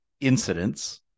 incidents